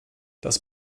das